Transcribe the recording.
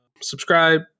Subscribe